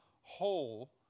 whole